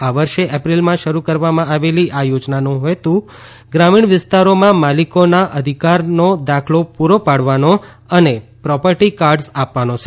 આ વર્ષે એપ્રિલમાં શરૂ કરવામાં આવેલી આ યોજનાનો હેતુ ગ્રામીણ વિસ્તારોમાં માલિકોને અધિકારનો દાખલો પ્રરો પાડવાનો અને પ્રોપર્ટી કાર્ડ્સ આપવાનો છે